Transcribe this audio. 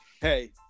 hey